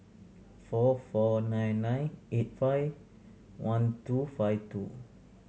four four nine nine eight five one two five two